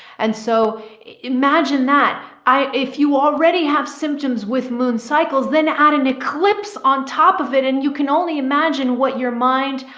and so imagine that i, if you already have symptoms with moon cycles, then add an eclipse on top of it. and you can only imagine what your mind,